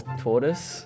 tortoise，